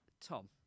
Tom